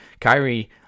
Kyrie